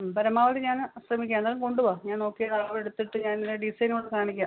പരമാവധി ഞാൻ ശ്രമിക്കാം എന്നാലും കൊണ്ട് വരൂ ഞാൻ നോക്കി അളവെടുത്തിട്ട് ഞാൻ ഡിസൈൻ കാണിക്കാം